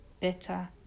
better